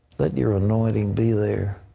let your anointing be there.